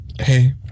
Hey